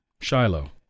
Shiloh